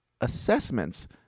assessments